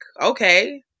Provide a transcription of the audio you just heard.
okay